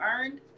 earned